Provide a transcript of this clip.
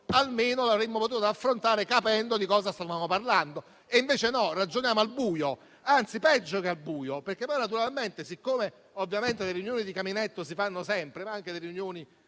almeno l'avremmo potuto affrontare capendo di che cosa stavamo parlando. Invece no, ragioniamo al buio; anzi, peggio che al buio: siccome le riunioni di caminetto si fanno sempre, ma anche le riunioni